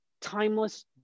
timeless